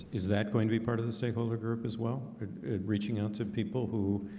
is that going to be part of the stakeholder group as well reaching out to people who?